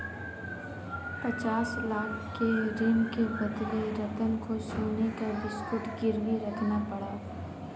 पचास लाख के ऋण के बदले रतन को सोने का बिस्कुट गिरवी रखना पड़ा